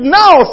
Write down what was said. now